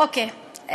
אוקיי,